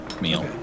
meal